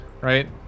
right